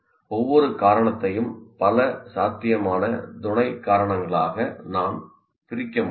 ஒவ்வொரு காரணத்தையும் பல சாத்தியமான துணை காரணங்களாக நான் பிரிக்க முடியும்